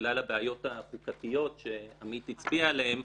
בגלל הבעיות החוקתיות שעמית הצביעה עליהן,